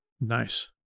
Nice